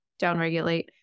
downregulate